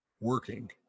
working